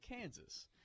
Kansas